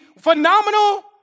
phenomenal